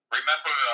remember